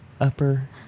upper